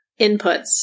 inputs